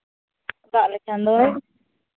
ᱫᱟᱜ ᱞᱮᱠᱷᱟᱱ ᱫᱚᱭ